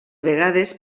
vegades